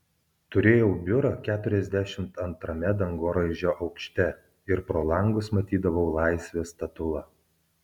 turėjau biurą keturiasdešimt antrame dangoraižio aukšte ir pro langus matydavau laisvės statulą